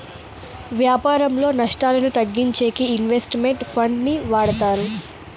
వ్యాపారంలో నష్టాలను తగ్గించేకి ఇన్వెస్ట్ మెంట్ ఫండ్ ని వాడతారు